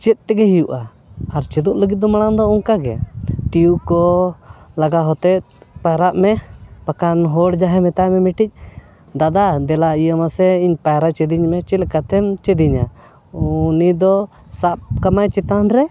ᱪᱮᱫ ᱛᱮᱜᱮ ᱦᱩᱭᱩᱜᱼᱟ ᱟᱨ ᱪᱮᱫᱚᱜ ᱞᱟᱹᱜᱤᱫ ᱫᱚ ᱢᱟᱲᱟᱝ ᱫᱚ ᱚᱱᱠᱟ ᱜᱮ ᱴᱤᱭᱩ ᱠᱚ ᱞᱟᱜᱟᱣ ᱦᱚᱛᱮᱜ ᱯᱟᱭᱨᱟᱜ ᱢᱮ ᱵᱟᱠᱷᱟᱱ ᱦᱚᱲ ᱡᱟᱦᱟᱸᱭ ᱢᱮᱛᱟᱭ ᱢᱮ ᱢᱤᱴᱤᱡ ᱫᱟᱫᱟ ᱫᱮᱞᱟ ᱤᱭᱟᱹ ᱢᱟ ᱥᱮ ᱤᱧ ᱯᱟᱭᱨᱟ ᱪᱮᱫᱤᱧ ᱢᱮ ᱪᱮᱫ ᱞᱮᱠᱟᱛᱮᱢ ᱪᱮᱫᱤᱧᱟ ᱩᱱᱤ ᱫᱚ ᱥᱟᱵ ᱠᱟᱢᱟᱭ ᱪᱮᱛᱟᱱ ᱨᱮ